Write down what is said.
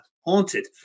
haunted